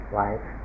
life